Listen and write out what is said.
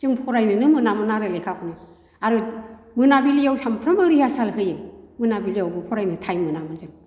जों फरायनोनो मोनामोन आरो लेखाखौनो आरो मोनाबिलिआव सानफ्रामबो रिहारसाल होयो मोनाबिलियावबो फरायनो टाइम मोनामोन जों